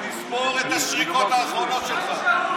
תספור את השריקות האחרונות שלך.